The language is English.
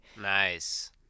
Nice